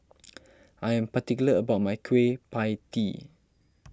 I am particular about my Kueh Pie Tee